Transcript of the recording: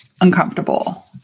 uncomfortable